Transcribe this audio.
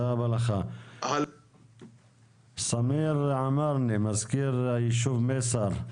סמיח עמארני, מזכיר היישוב מסייר,